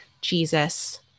Jesus